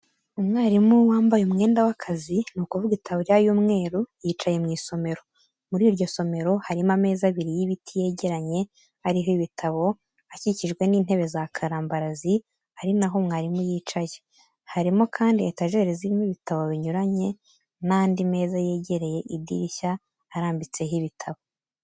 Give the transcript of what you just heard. Umwarimu wambaye umwenda w'akazi, ni ukuvuga itaburiya y'umweru, yicaye mu isomero. Muri iryo somero, harimo ameza abiri y'ibiti yegeranye ariho ibitabo, akikijwe n'intebe za karambarazi ari naho mwarimu yicaye. Harimo kandi etajeri zirimo ibitabo binyuranye n'andi meza yegereye idirishya, arambitseho ibitabo.